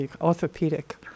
orthopedic